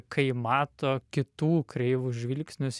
kai mato kitų kreivus žvilgsnius